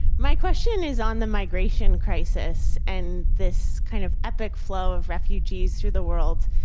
my question is on the migration crisis and this kind of epic flow of refugees through the world,